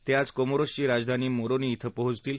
ते आज कोमोरोसची राजधानी मोरोनी इथं पोचतील